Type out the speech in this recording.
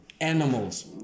animals